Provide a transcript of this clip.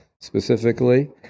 specifically